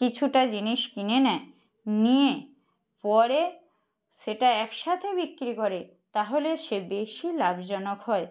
কিছুটা জিনিস কিনে নেয় নিয়ে পরে সেটা একসাথে বিক্রি করে তাহলে সে বেশি লাভজনক হয়